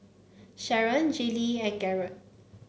Sharron Jaylee and Garold